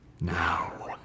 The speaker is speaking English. Now